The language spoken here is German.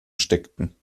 steckten